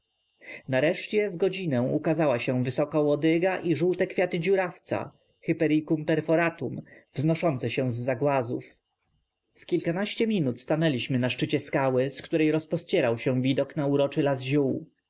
nareszcie w godzinę ukazała się wysoka łodyga i żółte kwiaty dziurawca hypericum perforatum wznoszące się z za głazów w kilkanaście minut stanęliśmy na szczycie skały z której rozpościerał się widok na uroczy las ziół